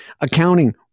Accounting